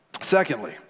Secondly